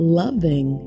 loving